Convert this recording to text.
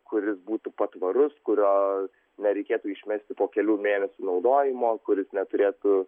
kuris būtų patvarus kurio nereikėtų išmesti po kelių mėnesių naudojimo kuris neturėtų